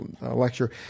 lecture